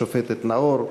השופטת נאור,